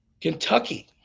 Kentucky